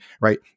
right